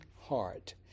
heart